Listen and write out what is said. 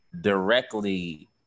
directly